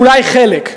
אולי חלק,